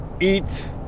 eat